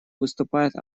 выступает